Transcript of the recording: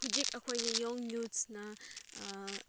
ꯍꯧꯖꯤꯛ ꯑꯩꯈꯣꯏꯒꯤ ꯌꯪ ꯌꯨꯠꯁꯅ